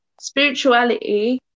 Spirituality